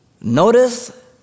Notice